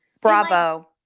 Bravo